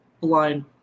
blind